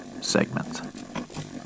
segment